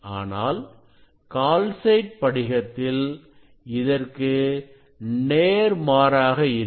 ஆனால் கால்சைட் படிகத்தில் இதற்கு நேர்மாறாக இருக்கும்